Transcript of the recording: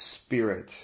spirit